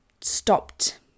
stopped